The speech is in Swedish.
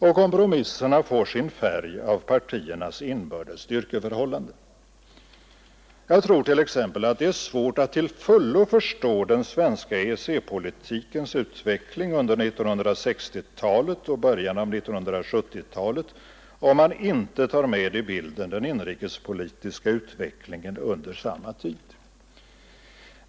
Och kompromisserna får sin färg av partiernas inbördes styrkeförhållande. Jag tror t.ex. att det är svårt att till fullo förstå den svenska EEC-politikens utveckling under 1960-talet och början av 1970-talet, om man inte tar med i bilden den inrikespolitiska utvecklingen under samma tid.